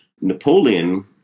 Napoleon